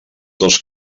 dos